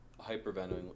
hyperventilating